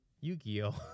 Yu-Gi-Oh